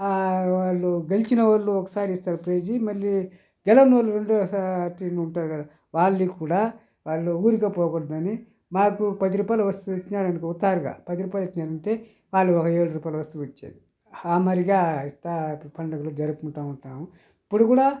వాళ్లు గెలిచిన వాళ్ళు ఒకసారి ఇస్తారు ప్రైజ్ మళ్లీ గెలవనోళ్లు రెండోసారి టీమ్ ఉంటది కదా వాళ్ళని కూడా వాళ్ళు ఊరికనే పోకూడదని మాకు పది రూపాయలు ఇచ్చినారనుకో ఉతారుగా పది రూపాయలు ఇచ్చినారంటే వాళ్లు ఒక ఏడు రూపాయలు వస్తువు ఇచ్చేది ఆ మాదిరిగా ఇస్తా ఇప్పుడు పండుగలు జరుపుకుంటా ఉంటాము ఇప్పుడు కూడా